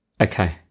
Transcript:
Okay